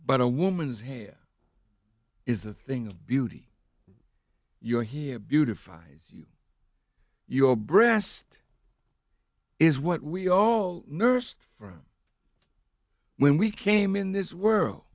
but a woman's hair is a thing of beauty you're here beautifies your breast is what we all nursed from when we came in this world